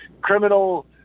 criminal